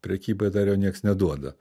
prekybai dar jo nieks neduoda